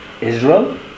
Israel